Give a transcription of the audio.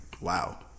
Wow